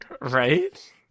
Right